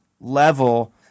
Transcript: level